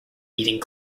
eating